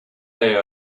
they